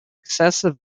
excessive